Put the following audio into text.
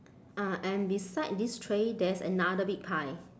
ah and beside this tray there's another big pie